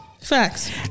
Facts